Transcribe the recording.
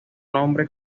nombre